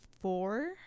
four